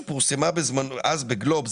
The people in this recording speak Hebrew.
ב"גלובס"